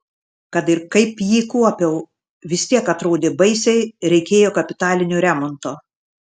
kad ir kaip jį kuopiau vis tiek atrodė baisiai reikėjo kapitalinio remonto